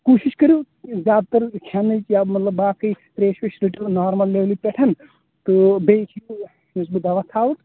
کوٗشِش کٔرِو زیادٕ تر کھٮ۪نٕچ یا مطلب باقٕے ترٛیش ویش رٔٹِو نارمَل لیٚولہِ پٮ۪ٹھ تہٕ بیٚیہِ چھُ یہِ یُس بہٕ دوا تھاوٕ